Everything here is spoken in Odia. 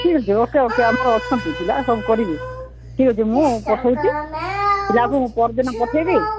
ଠିକ୍ ଅଛି ଓକେ ଓକେ ଆମର ଅଛନ୍ତି ପିଲା ସବୁ କରିବେ ଠିକ୍ ଅଛି ମୁଁ ପଠାଉଛି ପିଲାକୁ ପରଦିନ ପଠାଇବି